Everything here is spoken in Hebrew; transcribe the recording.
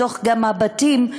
וגם בבתים,